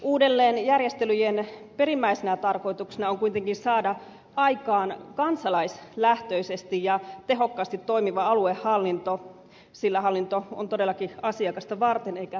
uudelleenjärjestelyjen perimmäisenä tarkoituksena on kuitenkin saada aikaan kansalaislähtöisesti ja tehokkaasti toimiva aluehallinto sillä hallinto on todellakin asiakasta varten eikä päinvastoin